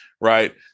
right